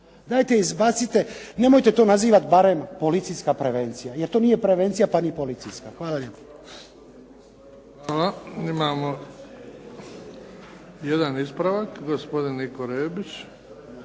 Dajte izbacite, nemojte to nazivati barem policijska prevencija jer to nije prevencija pa ni policijska. Hvala lijepo. **Bebić,